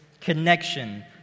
connection